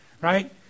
Right